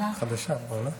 חדשה פה, לא?